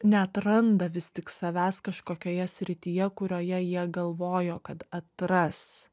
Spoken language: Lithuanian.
neatranda vis tik savęs kažkokioje srityje kurioje jie galvojo kad atras